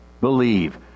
believe